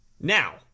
Now